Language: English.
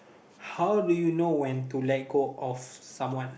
how do you know when to let go of someone